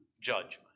judgment